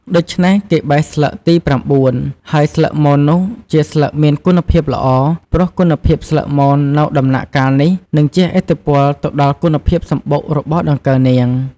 ដូច្នេះគេបេះស្លឹកទី៩ ហើយស្លឹកមននោះជាស្លឹកមានគុណភាពល្អ ព្រោះគុណភាពស្លឹកមននៅដំណាក់កាលនេះ នឹងជះឥទ្ធិពលទៅដល់គុណភាពសំបុករបស់ដង្កូវនាង។